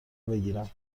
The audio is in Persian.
بگیرم